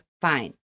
fine